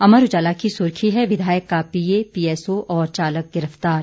अमर उजाला की सुर्खी है विधायक का पीए पीएसओ और चालक गिरफ्तार